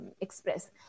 express